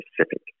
specific